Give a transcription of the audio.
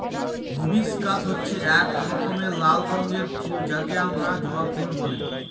hibiscus হচ্ছে এক রকমের লাল রঙের ফুল যাকে আমরা জবা ফুল বলে